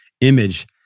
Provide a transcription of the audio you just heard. image